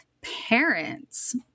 parents